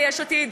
ליש עתיד,